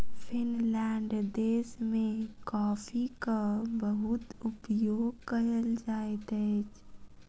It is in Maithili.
फ़िनलैंड देश में कॉफ़ीक बहुत उपयोग कयल जाइत अछि